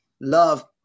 love